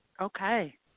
Okay